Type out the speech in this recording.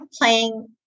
playing